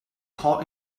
hot